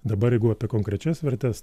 dabar jeigu apie konkrečias vertes